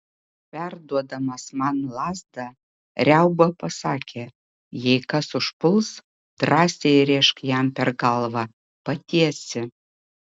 perduodamas man lazdą riauba pasakė jei kas užpuls drąsiai rėžk jam per galvą patiesi